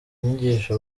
inyigisho